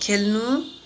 खेल्नु